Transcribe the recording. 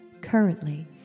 Currently